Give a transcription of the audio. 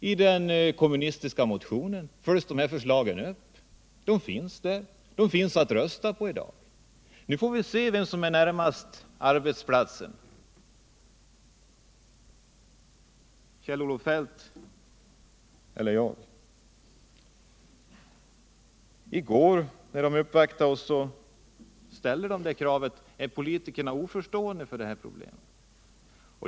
I den kommunistiska motionen tillgodoses de kraven genom de förslag som där framförs. De finns att rösta på i dag. Nu får vi se vem som är närmast arbetsplatsen. Är det Kjell-Olof Feldt eller jag? Vid uppvaktningen i går frågade man också om politikerna är oförstående för de här problemen.